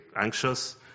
anxious